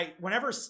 Whenever